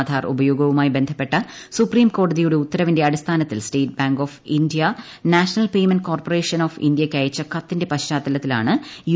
ആധാർ ഉപയോഗവുമായി ബന്ധപ്പെട്ട സുപ്രീംകോടതിയുടെ ഉത്തരവിന്റെ അടിസ്ഥാനത്തിൽ State Bank of India National Payment Corporation of ഇന്ത്യയ്ക്ക് അയച്ച കത്തിന്റെ പശ്ചാത്തലത്തിലാണ് യു